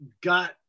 got